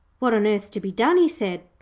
what on earth's to be done he said.